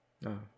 No